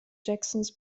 jacksons